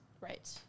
right